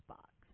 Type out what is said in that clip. Box